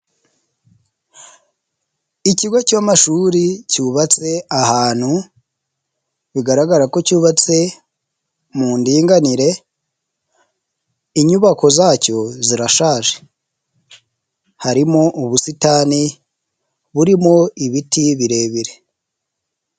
Ikigo cy'amashuri cyubatse ahantu bigaragara ko cyubatse mu ndinganire inyubako zacyo zirashaje, harimo ubusitani burimo ibiti birebire.